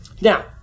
Now